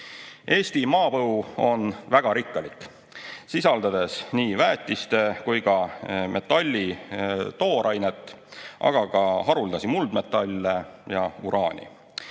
Eesti maapõu on väga rikkalik, sisaldades nii väetiste kui ka metalli toorainet, aga ka haruldasi muldmetalle ja uraani.